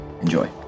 Enjoy